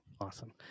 awesome